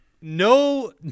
no